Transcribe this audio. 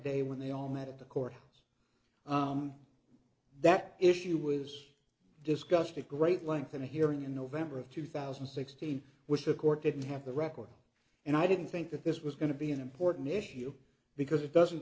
day when they all met at the courthouse on that issue was discussed at great length and hearing in november of two thousand and sixteen which a court didn't have the record and i didn't think that this was going to be an important issue because it doesn't